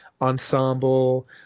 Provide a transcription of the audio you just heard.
ensemble